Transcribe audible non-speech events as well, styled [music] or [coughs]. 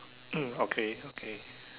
[coughs] okay okay